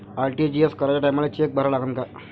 RTGS कराच्या टायमाले cheque भरा लागन का?